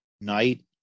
night